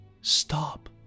Stop